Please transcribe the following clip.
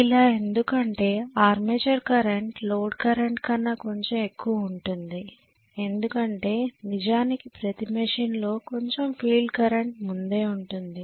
ఇలా ఎందుకంటే armature current load current కన్నా కొంచెం ఎక్కువ ఉంటుంది ఎందుకంటే నిజానికి ప్రతి మెషిన్ లో కొంచెం ఫీల్డ్ కరెంట్ ముందే ఉంటుంది